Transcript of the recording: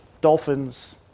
dolphins